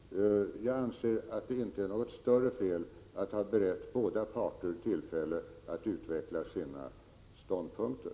Jag anser att det inte är något större fel att ha berett båda parter tillfälle att utveckla sina ståndpunkter.